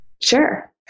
Sure